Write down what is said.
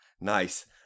Nice